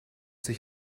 sich